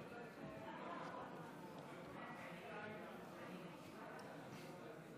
אדוני היושב-ראש, חברי